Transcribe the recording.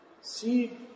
see